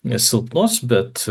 nesilpnos bet